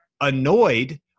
annoyed